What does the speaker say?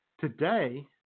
Today